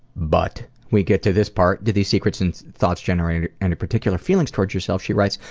but we get to this part do these secrets and thoughts generate any particular feelings towards yourself? she writes,